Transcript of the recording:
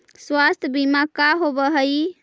स्वास्थ्य बीमा का होव हइ?